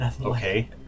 okay